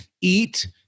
eat